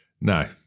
No